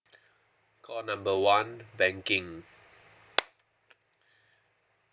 call number one banking